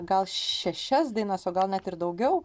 gal šešias dainas o gal net ir daugiau